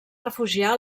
refugiar